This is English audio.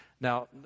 Now